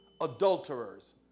adulterers